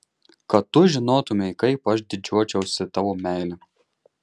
kad tu žinotumei kaip aš didžiuočiausi tavo meile